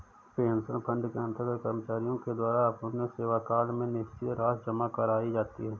pension fund के अंतर्गत कर्मचारियों के द्वारा अपने सेवाकाल में निश्चित राशि जमा कराई जाती है